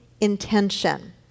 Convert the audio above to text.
intention